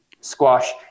squash